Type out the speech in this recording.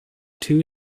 two